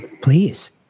please